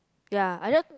ya I just